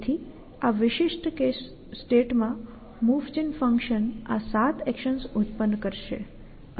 તેથી આ વિશિષ્ટ સ્ટેટમાં મૂવ જેન ફંક્શન આ 7 એક્શન્સ ઉત્પન્ન કરશે